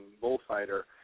bullfighter